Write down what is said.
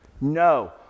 No